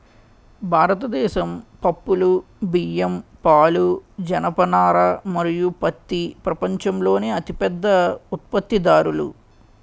భారతదేశం పప్పులు, బియ్యం, పాలు, జనపనార మరియు పత్తి ప్రపంచంలోనే అతిపెద్ద ఉత్పత్తిదారులు